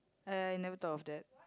I I never thought of that